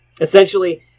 Essentially